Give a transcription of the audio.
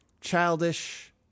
childish